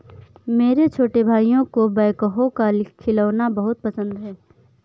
मेरे छोटे भाइयों को बैकहो का खिलौना बहुत पसंद है